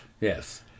Yes